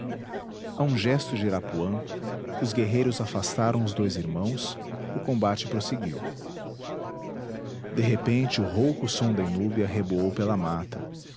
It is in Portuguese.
a um gesto de irapuã os guerreiros afastaram os dois irmãos o combate prosseguiu de repente o rouco som da inúbia reboou pela mata